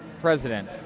president